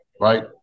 right